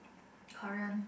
Korean